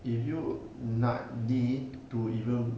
if you nak di to even